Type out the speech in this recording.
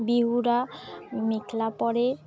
বিহুরা মেখলা পরে